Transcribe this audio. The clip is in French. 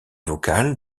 vocale